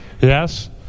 yes